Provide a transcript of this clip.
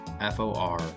F-O-R